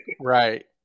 Right